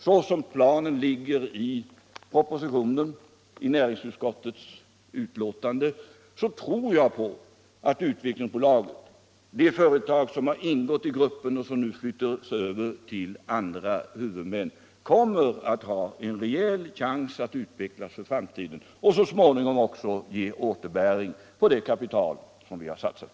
Såsom planen ligger i propositionen och i näringsutskottets betänkande tror jag att Utvecklingsaktiebolaget och de företag som ingått i gruppen och nu flyttas över till andra huvudmän kommer att ha en rejäl chans att utvecklas för framtiden och så småningom också ge återbäring på det kapital som vi har satsat.